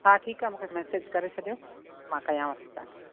हा ठीकु आहे मूंखे मैसेज करे छॾियो मां कयांवथी तव्हांखे